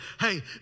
hey